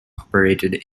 operated